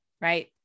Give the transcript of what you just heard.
right